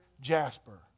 jasper